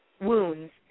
wounds